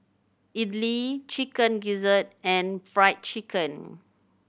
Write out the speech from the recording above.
idly Chicken Gizzard and Fried Chicken